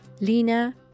lina